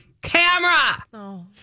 camera